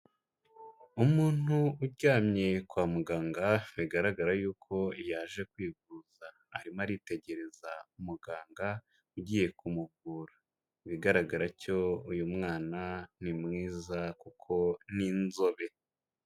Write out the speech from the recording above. Umuntu uryamye kwa muganga bigaragara yuko yaje kwivuza, arimo aritegereza umuganga ugiye kumuvura. Ibigaragara cyo uyu mwana ni mwiza kuko ni inzobe.